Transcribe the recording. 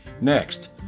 Next